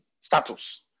status